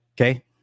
Okay